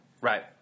Right